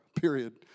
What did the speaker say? Period